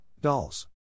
dolls